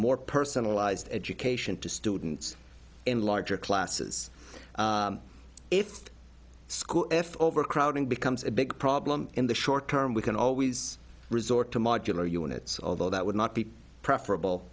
more personalized education to students in larger classes if school if overcrowding becomes a big problem in the short term we can always resort to modular units although that would not be preferable